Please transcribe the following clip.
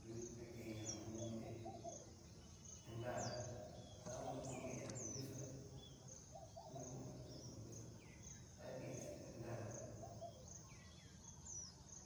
Kú ñanikain ña ho hí ñanra ta kuni kain ña hornrixa, xana konina tu honrixa, añakain xa ñanra'nguan.